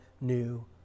new